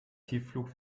tiefflug